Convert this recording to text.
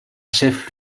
chef